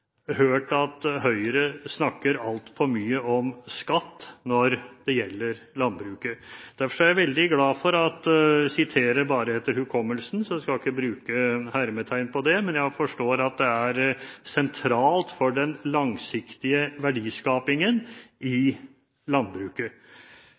hørt at Høyre snakker altfor mye om skatt når det gjelder landbruket. Derfor er jeg veldig glad for – jeg siterer bare etter hukommelsen, så jeg skal ikke bruke hermetegn på det – at det er sentralt for den langsiktige verdiskapingen i